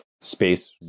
space